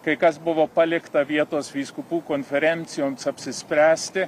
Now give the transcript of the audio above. kai kas buvo palikta vietos vyskupų konferencijoms apsispręsti